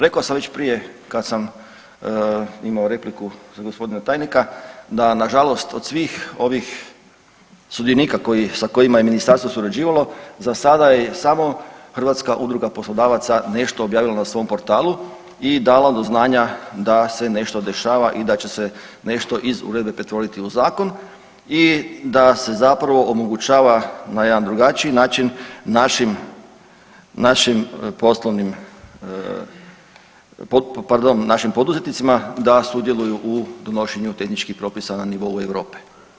Rekao sam već prije kad sam imao repliku za g. tajnika da nažalost od svih ovih sudionika sa kojima je ministarstvo surađivalo za sada je samo HUP nešto objavila na svom portalu i dala do znanja da se nešto dešava i da će se nešto iz uredbe pretvoriti u zakon i da se zapravo omogućava na jedan drugačiji način našim, našim poslovnim, pardon, našim poduzetnicima da sudjeluju u donošenju tehničkih propisa na nivou Europe.